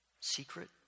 secret